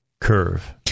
Curve